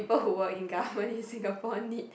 people work in government in Singapore need